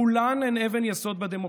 כולן אבן יסוד בדמוקרטיה,